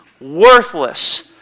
worthless